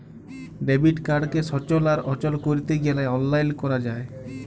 debit কাড়কে সচল আর অচল ক্যরতে গ্যালে অললাইল ক্যরা যায়